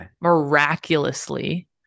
miraculously